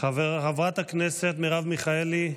חברת הכנסת מרב מיכאלי,